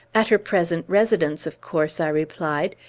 at her present residence, of course, i replied.